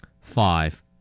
Five